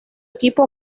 equipo